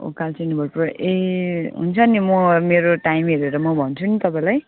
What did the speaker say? ओ कालचिनी भातखावा ए हुन्छ नि म मेरो टाइम हेरेर म भन्छु नि तपाईँलाई